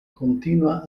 continua